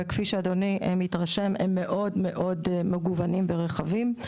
וכפי שאדוני מתרשם הם מאוד מאוד מגוונים ורחבים.